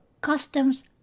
customs